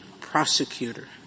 prosecutor